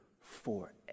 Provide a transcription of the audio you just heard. forever